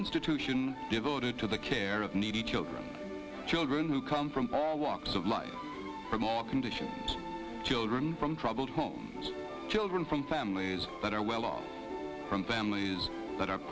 institution devoted to the care of needy children children who come from walks of life from all conditions children from troubled homes children from families that are well off from families that are